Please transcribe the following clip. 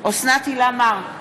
אוסנת הילה מארק,